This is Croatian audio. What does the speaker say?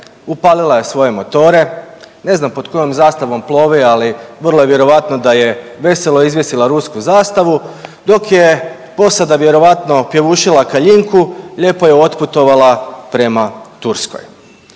upalila je svoje motore, ne znam pod kojom zastavom plovi, ali vrlo je vjerojatno da je veselo izvjesila rusku zastavu, dok je posada vjerojatno pjevušila Kaljinku, lijepo je otputovala prema Turskoj.